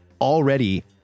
already